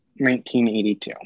1982